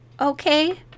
Okay